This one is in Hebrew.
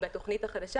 בתוכנית החדשה,